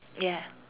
ya